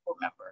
member